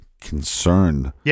concerned